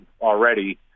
already